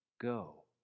go